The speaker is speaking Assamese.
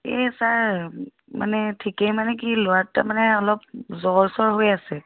এই ছাৰ মানে ঠিকেই মানে কি ল'ৰাটোৰ মানে অলপ জ্বৰ চৰ হৈ আছে